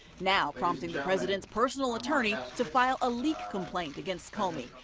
now, prompting the president's personal attorney to file a leak complaint against comey.